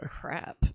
crap